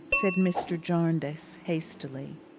said mr. jarndyce hastily.